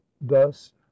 thus